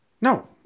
no